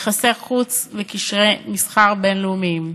יחסי חוץ וקשרי מסחר בין-לאומיים.